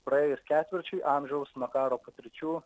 praėjus ketvirčiui amžiaus nuo karo patirčių